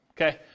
okay